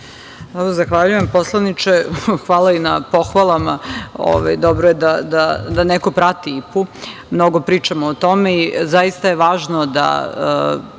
Zahvaljujem, poslaniče. Hvala i na pohvalama, dobro je da neko prati IPA. Mnogo pričamo o tome i zaista je važno da